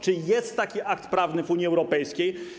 Czy jest taki akt prawny w Unii Europejskiej?